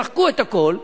מחקו את הכול,